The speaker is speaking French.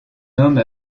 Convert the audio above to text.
homme